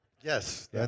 Yes